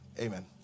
amen